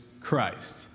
Christ